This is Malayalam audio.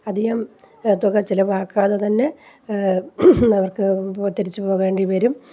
അധികം തുക ചിലവാക്കാതെ തന്നെ അവർക്ക് തിരിച്ചു പോകേണ്ടി വരും